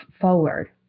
forward